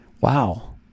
wow